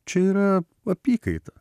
čia yra apykaita